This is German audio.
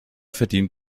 verdient